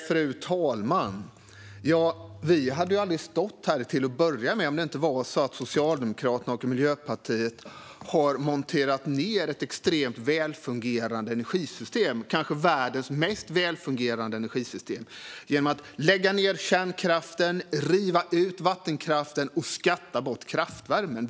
Fru talman! Vi hade ju aldrig stått här till att börja med om det inte var så att Socialdemokraterna och Miljöpartiet har monterat ned ett extremt välfungerande energisystem - kanske världens mest välfungerande energisystem - genom att lägga ned kärnkraften, riva ut vattenkraften och skatta bort kraftvärmen.